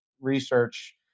research